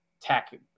Tech